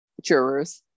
jurors